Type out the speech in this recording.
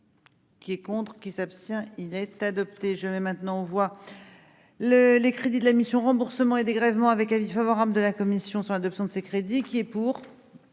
Qui est contre qui s'abstient il être adopté jamais maintenant on voit le les crédits de la mission remboursements et dégrèvements avec avis favorable de la commission sur l'adoption de ces crédits qui est pour,